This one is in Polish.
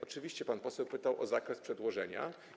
Oczywiście pan poseł pytał o zakres przedłożenia.